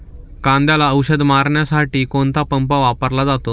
कांद्याला औषध मारण्यासाठी कोणता पंप वापरला जातो?